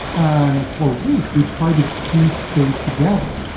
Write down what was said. and for weeks, we tried to piece things together.